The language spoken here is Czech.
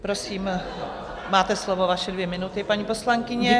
Prosím, máte slovo, vaše dvě minuty, paní poslankyně.